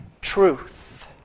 truth